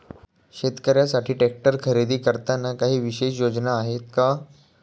शेतकऱ्यांसाठी ट्रॅक्टर खरेदी करताना काही विशेष योजना आहेत का?